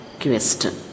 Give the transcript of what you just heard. question